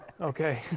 Okay